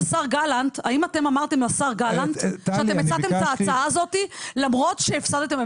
האם אתם אמרתם לשר גלנט שאתם הצעתם את